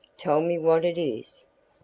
tell me what it is?